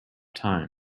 time